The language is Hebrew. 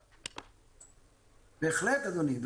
בהחלט, אדוני.